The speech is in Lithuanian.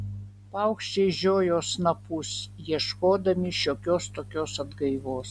paukščiai žiojo snapus ieškodami šiokios tokios atgaivos